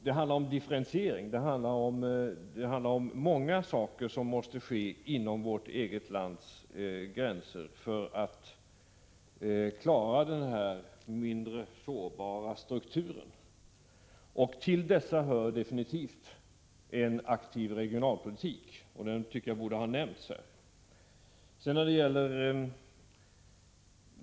Det handlar om differentiering och många andra saker som måste ske inom vårt eget lands gränser för att klara denna mindre sårbara struktur. Till dessa saker hör definitivt en aktiv regionalpolitik. Den tycker jag borde ha nämnts här.